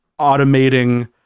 automating